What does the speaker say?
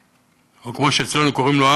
או כמו שאצלנו קוראים לו,